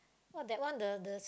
!wah! that one the the